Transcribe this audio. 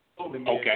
Okay